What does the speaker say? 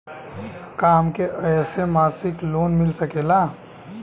का हमके ऐसे मासिक लोन मिल सकेला?